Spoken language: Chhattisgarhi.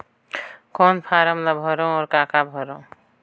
कौन फारम ला भरो और काका भरो?